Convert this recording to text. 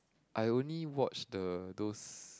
I only watch the those